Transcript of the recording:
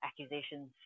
accusations